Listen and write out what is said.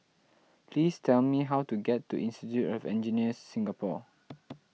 please tell me how to get to Institute of Engineers Singapore